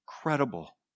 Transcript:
incredible